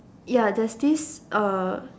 ya there's this uh